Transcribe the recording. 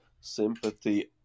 sympathy